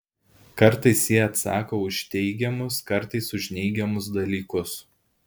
kartais ji atsako už teigiamus kartais už neigiamus dalykus